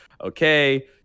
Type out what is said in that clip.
okay